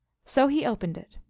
so he opened it,